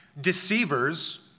Deceivers